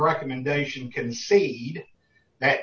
recommendation concede that